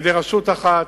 על-ידי רשות אחת,